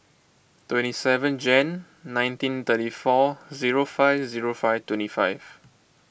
twenty seven Jan nineteen thirty four zero five zero five twenty five